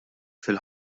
fil